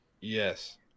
Yes